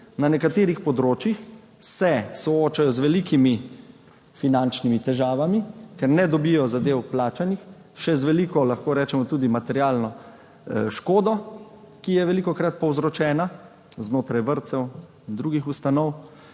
na nekaterih področjih soočajo z velikimi finančnimi težavami, ker ne dobijo zadev plačanih, še z veliko, lahko rečemo, materialno škodo, ki je velikokrat povzročena znotraj vrtcev in drugih ustanov,